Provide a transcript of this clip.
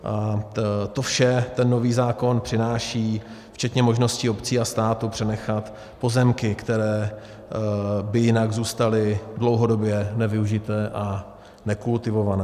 A to vše nový zákon přináší včetně možnosti obcí a státu přenechat pozemky, které by jinak zůstaly dlouhodobě nevyužité a nekultivované.